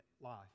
life